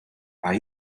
are